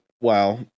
Wow